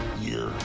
year